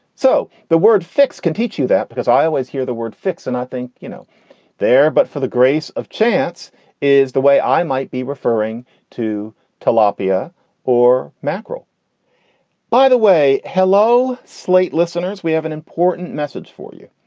so the word fix can teach you that because i always hear the word fix and i think you know there but for the grace of chance is the way i might be referring to tilapia or mackerel by the way, hello, slate listeners, we have an important message for you.